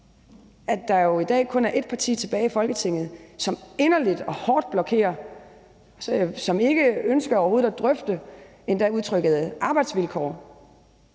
at der jo i dag kun er ét parti tilbage i Folketinget, som inderligt og hårdt blokerer for det, og som endda ikke ønsker overhovedet at drøfte utrygge arbejdsvilkår,